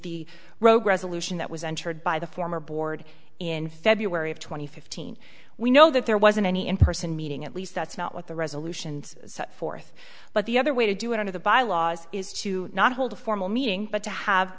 the rogue resolution that was entered by the former board in february of two thousand and fifteen we know that there wasn't any in person meeting at least that's not what the resolutions set forth but the other way to do it under the bylaws is to not hold a formal meeting but to have